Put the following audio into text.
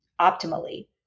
optimally